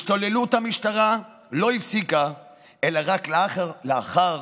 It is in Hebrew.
השתוללות המשטרה לא הפסיקה אלא רק לאחר